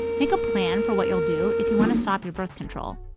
make a plan for what you'll do if you want to stop your birth control.